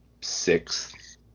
sixth